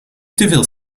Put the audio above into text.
teveel